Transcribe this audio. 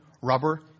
rubber